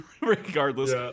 regardless